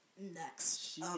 next